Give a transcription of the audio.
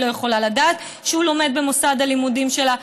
היא לא יכולה לדעת שהוא לומד במוסד הלימודים שלה,